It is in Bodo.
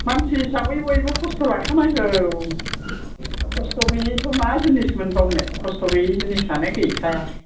मानसि हिसाबै बयबो खस्थ' लाखा नांगौ खस्थ' गैयै थ' मा जिनिस मोनबावनो खस्थ' गैयै जिनिसानो गैखाया